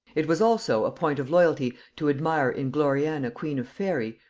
it was also a point of loyalty to admire in gloriana queen of faery,